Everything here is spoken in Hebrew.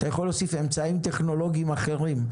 אתה יכול להוסיף אמצעים טכנולוגיים אחרים.